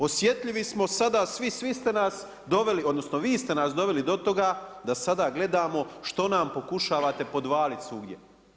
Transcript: Osjetljivi smo sada svi, svi ste nas doveli, odnosno vi ste nas doveli do toga da sada gledamo što nam pokušavate podvaliti svugdje.